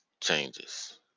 changes